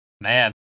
Man